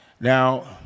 Now